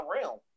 realm